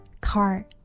Car